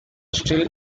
still